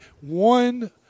one